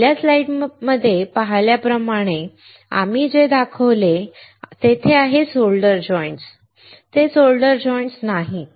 पहिल्या स्लाइडमध्ये पाहिल्याप्रमाणे आम्ही जे दाखवले आहे तेथे सोल्डर जॉइंट्स नाहीत